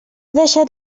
deixat